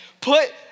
put